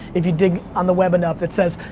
if you dig on the web enough, it says,